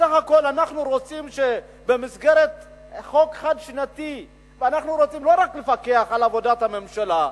בסך הכול אנחנו רוצים במסגרת חוק חד-שנתי לא רק לפקח על עבודת הממשלה,